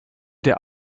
der